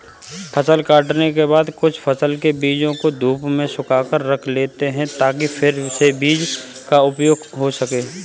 फसल काटने के बाद कुछ फसल के बीजों को धूप में सुखाकर रख लेते हैं ताकि फिर से बीज का उपयोग हो सकें